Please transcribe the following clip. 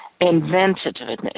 inventiveness